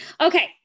okay